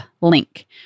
link